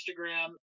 Instagram